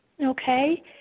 Okay